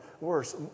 worse